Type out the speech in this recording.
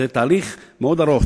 זה תהליך מאוד ארוך,